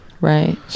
Right